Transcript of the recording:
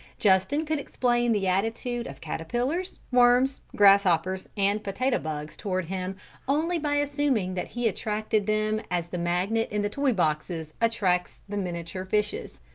justin could explain the attitude of caterpillars, worms, grasshoppers, and potato-bugs toward him only by assuming that he attracted them as the magnet in the toy boxes attracts the miniature fishes.